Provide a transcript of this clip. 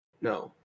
No